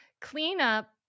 Cleanup